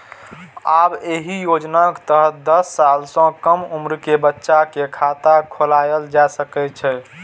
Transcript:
आब एहि योजनाक तहत दस साल सं कम उम्र के बच्चा के खाता खोलाएल जा सकै छै